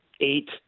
eight